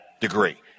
degree